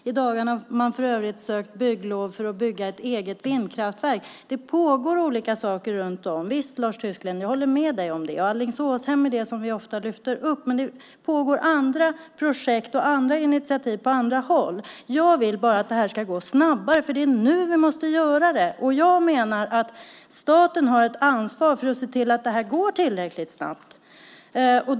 I dagarna har man för övrigt sökt bygglov för att bygga ett eget vindkraftverk. Det pågår olika saker, Lars Tysklind. Jag håller med dig om det. Alingsåshem är ofta det som vi lyfter upp. Men det pågår också andra projekt och initiativ på andra håll. Jag vill bara att det ska gå snabbare. Det är nu vi måste göra det. Staten har ett ansvar för att se till att det går tillräckligt snabbt.